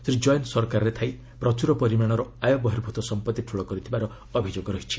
ଶ୍ରୀ ଜୈନ ସରକାରରେ ଥାଇ ପ୍ରଚୂର ପରିମାଣର ଆୟ ବହିର୍ଭୁତ ସମ୍ପର୍ତ୍ତି ଠୁଳ କରିଥିବାର ଅଭିଯୋଗ ରହିଛି